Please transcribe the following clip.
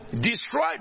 destroy